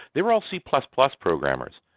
they were all c plus plus programmers.